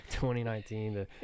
2019